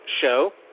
show